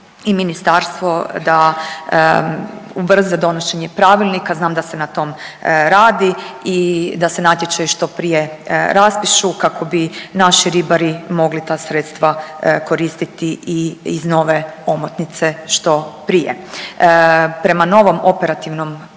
i ministarstvo da ubrza donošenje pravilnika, znam da se na tom radi i da se natječaj što prije raspišu kako bi naši ribari mogli ta sredstva koristiti i iz nove omotnice što prije. Prema novom operativnom